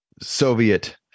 Soviet